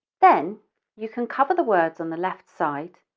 then you can cover the words on the left side,